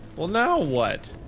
well now what?